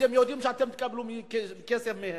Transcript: אתם יודעים שאתם תקבלו כסף מהם.